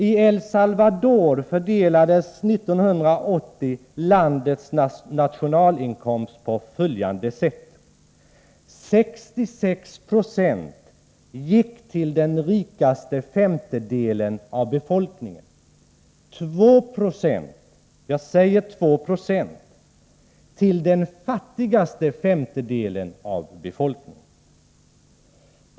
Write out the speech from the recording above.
I El Salvador fördelades 1980 landets nationalinkomst på följande sätt: 66 Yo gick till den rikaste femtedelen av befolkningen, 2 90 — jag säger 2 Jo — till den fattigaste femtedelen av befolkningen.